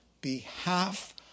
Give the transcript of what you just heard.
behalf